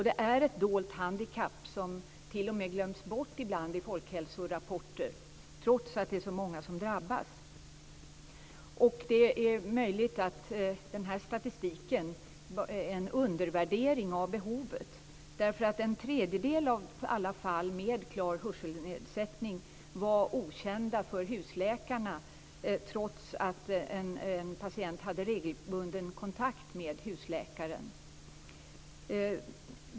Det är ett dolt handikapp som t.o.m. glöms bort ibland i folkhälsorapporter, trots att det är så många som drabbas. Det är möjligt att statistiken är en undervärdering av behovet, därför att en tredjedel av alla fall med klar hörselnedsättning var okända för husläkarna, trots att patienterna hade regelbunden kontakt med husläkaren.